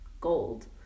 gold